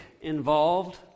involved